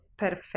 Perfetto